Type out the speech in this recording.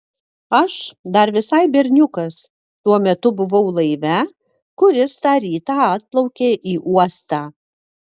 aš dar visai berniukas tuo metu buvau laive kuris tą rytą atplaukė į uostą